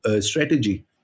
strategy